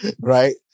Right